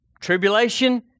tribulation